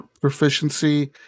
proficiency